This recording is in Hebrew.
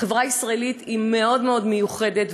החברה הישראלית היא מאוד מאוד מיוחדת,